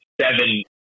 seven